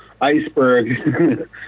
iceberg